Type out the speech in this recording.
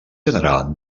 generar